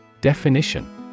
Definition